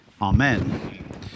Amen